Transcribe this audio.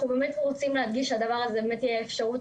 אנחנו רוצים להדגיש שהדבר הזה יהיה בגדר האפשרות